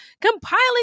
compiling